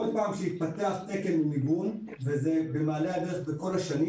כל פעם שמתפתח תקן מיגון וזה במעלה הדרך בכל השנים